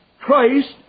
Christ